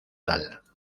tal